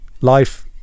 life